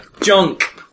Junk